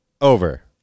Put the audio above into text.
Over